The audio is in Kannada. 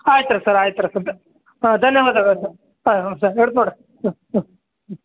ಆಯ್ತು ರೀ ಸರ್ ಆಯ್ತು ಸರ್ ಹಾಂ ಧನ್ಯವಾದಗಳು ಸರ್ ಹಾಂ ನಮಸ್ತೆ ಇಡ್ತೆ ನೋಡಿರಿ ಹ್ಞೂ ಹ್ಞೂ ಹ್ಞೂ